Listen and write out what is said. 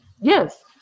Yes